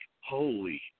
holy